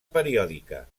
periòdica